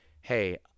hey